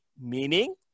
meaning